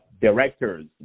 directors